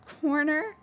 corner